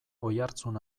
oihartzun